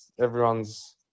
everyone's